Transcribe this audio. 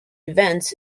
events